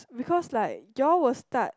because like you all will start